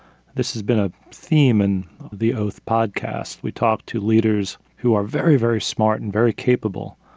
this has been a theme in the oath podcast, we talked to leaders who are very, very smart and very capable,